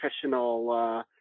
professional